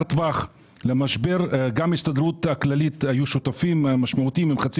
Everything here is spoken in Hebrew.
טווח ההסתדרות הכללית הייתה שותפה משמעותית עם חצי